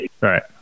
right